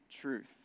truth